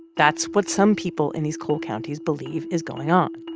that's what some people in these coal counties believe is going on.